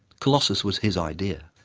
colossus was his idea.